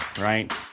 right